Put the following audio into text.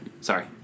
sorry